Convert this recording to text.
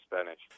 Spanish